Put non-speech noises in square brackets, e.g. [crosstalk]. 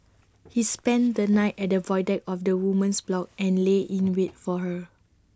[noise] he spent the night at the void deck of the woman's block and lay in wait for her